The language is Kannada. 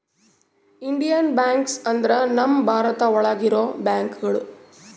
ಇಂಡಿಯನ್ ಬ್ಯಾಂಕ್ಸ್ ಅಂದ್ರ ನಮ್ ಭಾರತ ಒಳಗ ಇರೋ ಬ್ಯಾಂಕ್ಗಳು